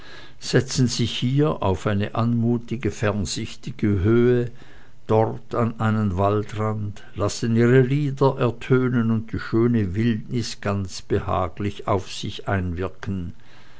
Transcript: setzen sich hier auf eine anmutige fernsichtige höhe dort an einen waldrand lassen ihre lieder ertönen und die schöne wildnis ganz behaglich auf sich einwirken